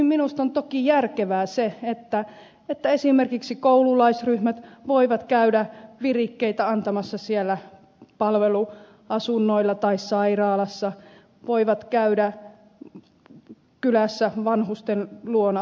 minusta on toki järkevää se että esimerkiksi koululaisryhmät voivat käydä virikkeitä antamassa siellä palveluasunnoilla tai sairaalassa voivat käydä kylässä vanhusten luona